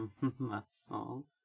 muscles